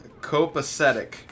Copacetic